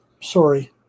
Sorry